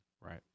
Right